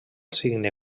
signe